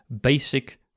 basic